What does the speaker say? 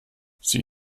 sie